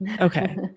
Okay